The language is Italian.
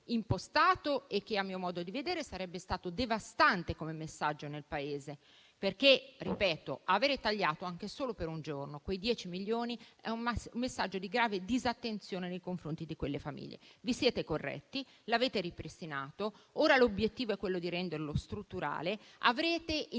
impostato e che, a mio modo di vedere, sarebbe stato devastante come messaggio nel Paese, perché aver tagliato anche solo per un giorno quei 10 milioni è un messaggio di grave disattenzione nei confronti di quelle famiglie. Vi siete corretti, l'avete ripristinato, ora l'obiettivo è quello di renderlo strutturale. Avrete in